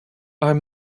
are